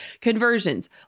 conversions